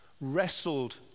wrestled